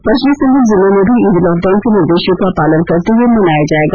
पश्चिमी सिंहभूम जिले में भी ईद लॉकडउन के निर्देशों का पालन करते हुए मनाया जायेगा